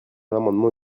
l’amendement